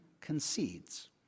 concedes